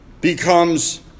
becomes